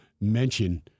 mention